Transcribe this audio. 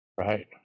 Right